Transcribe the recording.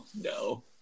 No